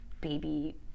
baby